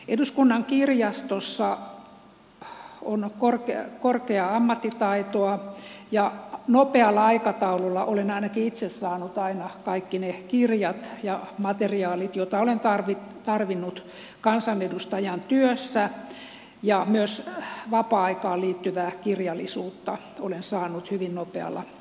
eduskunnan kirjastossa on korkeaa ammattitaitoa ja nopealla aikataululla olen ainakin itse saanut aina kaikki ne kirjat ja materiaalit joita olen tarvinnut kansanedustajan työssä ja myös vapaa aikaan liittyvää kirjallisuutta olen saanut hyvin nopealla aikataululla